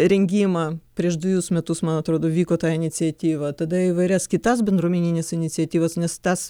rengimą prieš dvejus metus man atrodo vyko ta iniciatyva tada įvairias kitas bendruomenines iniciatyvas nes tas